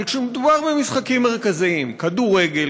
אבל כשמדובר במשחקים מרכזיים: כדורגל,